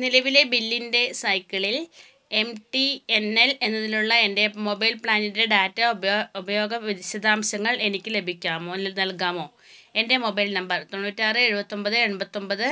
നിലവിലെ ബില്ലിൻ്റെ സൈക്കിളിൽ എം ടി എൻ എൽ എന്നതിലുള്ള എൻ്റെ മൊബൈൽ പ്ലാനിൻ്റെ ഡാറ്റ ഉപയോ ഉപയോഗ വിശദാംശങ്ങൾ എനിക്ക് ലഭിക്കാമോ അല്ല നൽകാമോ എൻ്റെ മൊബൈൽ നമ്പർ തൊണ്ണൂറ്റിയാറ് എഴുപത്തിയൊൻപത് എൺപത്തിയൊൻപത്